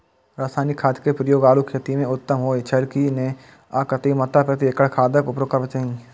रासायनिक खाद के प्रयोग आलू खेती में उत्तम होय छल की नेय आ कतेक मात्रा प्रति एकड़ खादक उपयोग करबाक चाहि?